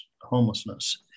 homelessness